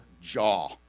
jaw